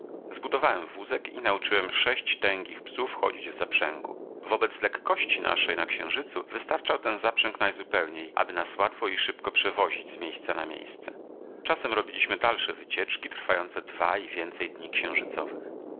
zbudowałem wózek i nauczyłem sześć tęgich psów chodzić w zaprzęgu wobec lekkości naszej na księżycu wystarczał ten zaprzęg najzupełniej aby nas łatwo i szybko przewozić z miejsca na miejsce czasem robiliśmy dalsze wycieczki trwające dwa i więcej dni